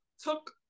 took